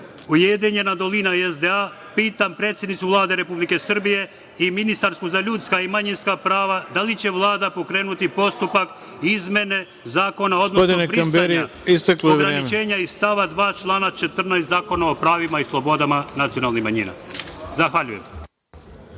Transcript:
Ujedinjena dolina i SDA pitam predsednicu Vlade Republike Srbije i ministarku za ljudska i manjinska prava – da li će Vlada pokrenuti postupak izmene Zakona, odnosno brisanja ograničenja iz stava 2. člana 14. Zakona o pravima i slobodama nacionalnih manjina. Zahvaljujem.